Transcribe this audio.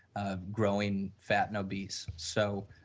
ah growing fat and obese. so,